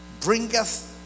bringeth